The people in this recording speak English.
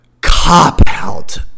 cop-out